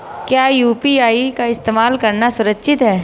क्या यू.पी.आई का इस्तेमाल करना सुरक्षित है?